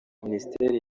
minisiteri